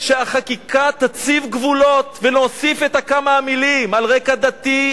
שהחקיקה תוסיף גבולות ונוסיף כמה מלים על רקע דתי,